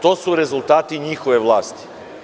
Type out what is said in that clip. To su rezultati njihove vlasti.